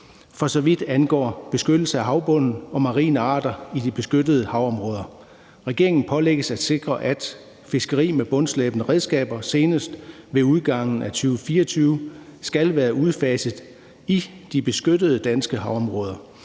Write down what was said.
for så vidt angår beskyttelse af havbunden og marine arter i de beskyttede havområder. Regeringen pålægges at sikre, at fiskeri med bundslæbende redskaber senest ved udgangen af 2024 skal være udfaset i de beskyttede danske havområder,